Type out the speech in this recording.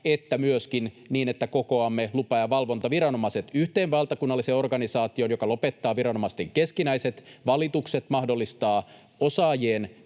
että myöskin niin, että kokoamme lupa- ja valvontaviranomaiset yhteen valtakunnalliseen organisaatioon, joka lopettaa viranomaisten keskinäiset valitukset, mahdollistaa osaajien